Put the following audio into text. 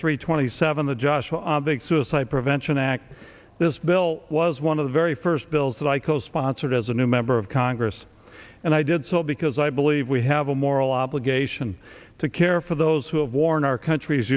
three twenty seven the joshua big suicide prevention act this bill was one of the very first bills that i co sponsored as a new member of congress and i did so because i believe we have a moral obligation to care for those who have worn our country's